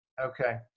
Okay